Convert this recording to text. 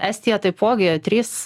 estija taipogi trys